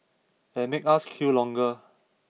and make us queue longer